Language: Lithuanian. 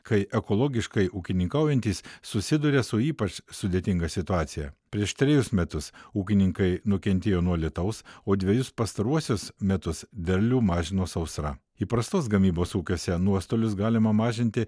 kai ekologiškai ūkininkaujantys susiduria su ypač sudėtinga situacija prieš trejus metus ūkininkai nukentėjo nuo lietaus o dvejus pastaruosius metus derlių mažino sausra įprastos gamybos ūkiuose nuostolius galima mažinti